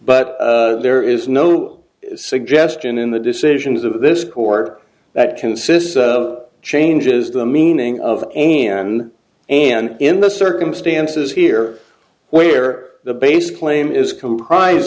but there is no suggestion in the decisions of this court that consists of changes the meaning of and and in the circumstances here where the basic claim is compris